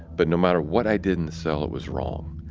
but no matter what i did in the cell, it was wrong.